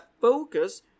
focus